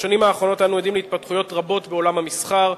בשנים האחרונות אנו עדים להתפתחויות רבות בעולם המסחר,